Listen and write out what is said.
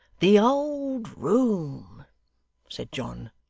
the old room said john,